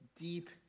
deep